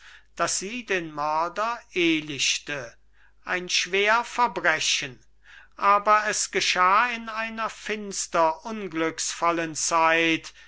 daß sie den mörder ehlichte ein schweres verbrechen aber es geschah in einer finster unglücksvollen zeit